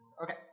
Okay